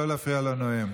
לא להפריע לנואם,